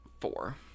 four